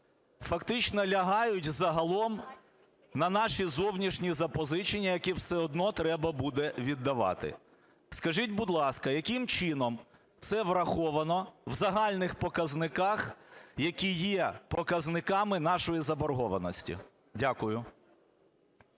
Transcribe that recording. фактично лягають загалом на наші зовнішні запозичення, які все одно треба буде віддавати. Скажіть, будь ласка, яким чином це враховано в загальних показниках, які є показниками нашої заборгованості? Дякую.